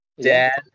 dad